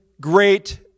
great